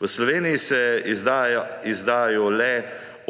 V Sloveniji se izdajajo le